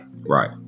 Right